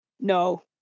No